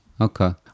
okay